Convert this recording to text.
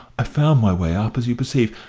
i found my way up, as you perceive.